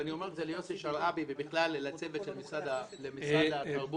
ואני אומר את זה ליוסי שרעבי ובכלל לצוות של משרד התרבות.